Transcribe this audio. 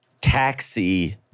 taxi